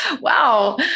Wow